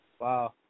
Wow